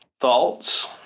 Thoughts